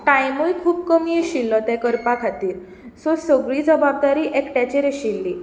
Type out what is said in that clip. टायमूय खूप कमी आशिल्लो तें करपा खातीर सो सगळी जबाबदारी एकट्याचेर आशिल्ली